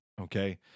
Okay